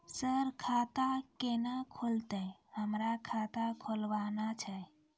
Sir खाता केना खुलतै, हमरा खाता खोलवाना छै?